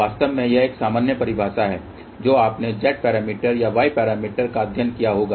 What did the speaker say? वास्तव में यह एक सामान्य परिभाषा है जो आपने Z पैरामीटर या Y पैरामीटर का अध्ययन किया होगा